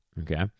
Okay